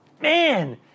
man